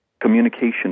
communication